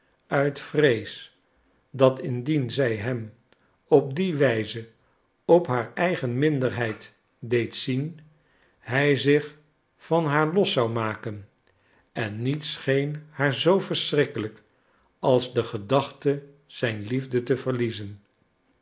uit vrees dat indien zij hem op die wijze op haar eigen minderheid deed zien hij zich van haar los zou maken en niets scheen haar zoo verschrikkelijk als de gedachte zijn liefde te verliezen